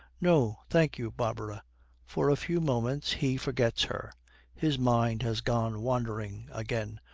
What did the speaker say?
no, thank you, barbara for a few moments he forgets her his mind has gone wandering again.